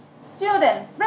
Student